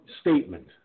statement